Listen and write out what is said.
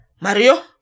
Mario